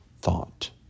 thought